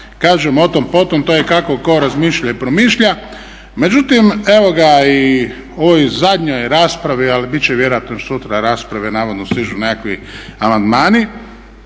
kažem o tom po tom, to je kako ko razmišlja i promišlja. Međutim, evo ga i u ovoj zadnjoj raspravi, ali bit će vjerojatno još sutra rasprave, navodno stižu nekakvi amandmani,